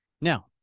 Now